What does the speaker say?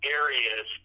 areas